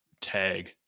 tag